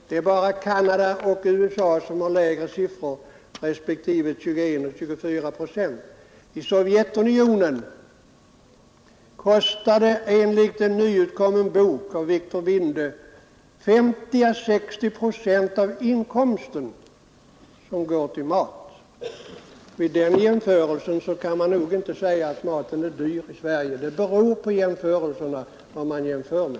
Det är bara Canada och USA som har lägre siffror — 21 respektive 24 procent. I Sovjetunionen tar maten, enligt uppgifter i en nyutkommen bok, 50 å 60 procent av inkomsten. Vid den jämförelsen kan man nog inte säga att maten är dyr i Sverige. Det beror på vad man jämför med.